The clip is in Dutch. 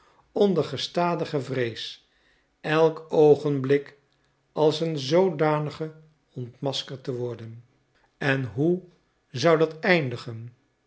onder gestadige vrees elk oogenblik als een zoodanige ontmaskerd te worden en hoe zou dat eindigen